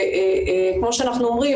וכמו שאנחנו אומרים,